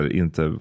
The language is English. inte